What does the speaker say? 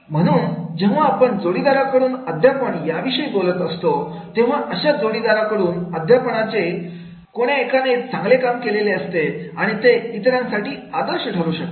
म्हणून जेव्हा आपण जोडीदाराकडून अध्यापन याविषयी बोलत असतो तेव्हा अशा जोडीदाराकडून अध्यापनामध्ये कोण्या एका ने चांगले काम केलेले असते आणि ते इतरांसाठी आदर्श ठरू शकते